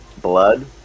blood